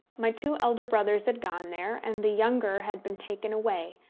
my two elder brothers had gone there, and the younger had been taken away,